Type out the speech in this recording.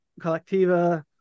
Collectiva